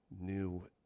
new